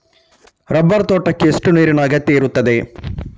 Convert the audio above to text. Rubber ತೋಟಕ್ಕೆ ಎಷ್ಟು ನೀರಿನ ಅಗತ್ಯ ಇರುತ್ತದೆ?